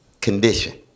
condition